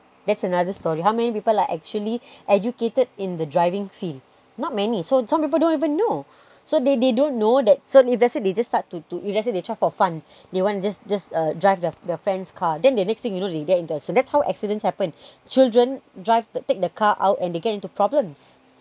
that's another story how many people are actually educated in the driving feel not many so some people don't even know so they they don't know that so if let's say they just start to to let's say they try for fun they want to just just drive their friend's car then the next thing you know really get into accidents that's how accidents happened children drive take the car out and they get into problems